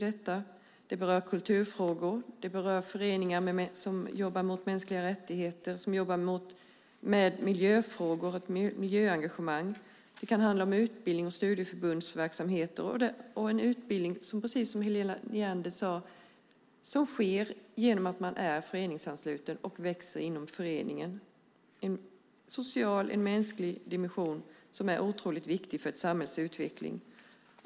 Det berör kulturfrågor, och det berör föreningar som jobbar för mänskliga rättigheter och föreningar som jobbar med miljöfrågor och har ett miljöengagemang. Det kan handla om utbildning och studieförbundsverksamheter som, precis som Helena Leander sade, sker genom att man är föreningsansluten och växer inom föreningen. Det är en social och mänsklig dimension som är otroligt viktig för ett samhälles utveckling.